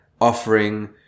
offering